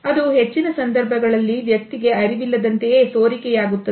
ಅದು ಹೆಚ್ಚಿನ ಸಂದರ್ಭಗಳಲ್ಲಿ ವ್ಯಕ್ತಿಗೆ ಅರಿವಿಲ್ಲದಂತೆಯೇ ಸೋರಿಕೆ ಯಾಗುತ್ತದೆ